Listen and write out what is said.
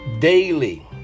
daily